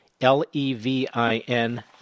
L-E-V-I-N